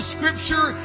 Scripture